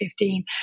2015